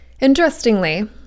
Interestingly